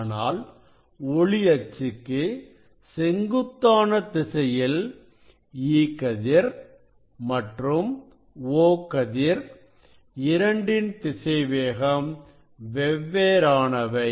ஆனால் ஒளி அச்சுக்கு செங்குத்தான திசையில் E கதிர் மற்றும் O கதிர் இரண்டின் திசைவேகம் வெவ்வேறானவை